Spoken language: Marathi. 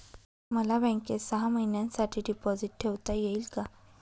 मला बँकेत सहा महिन्यांसाठी डिपॉझिट ठेवता येईल का?